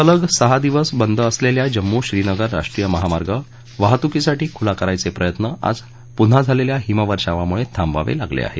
सलग सहा दिवस बंद असलेल्या जम्मू श्रीनगर राष्ट्रीय महामार्ग वाहतूकीसाठी खुला करायचे प्रयत्न आज पुन्हा झालेल्या हिमवर्षामुळे थांबवावे लागले आहेत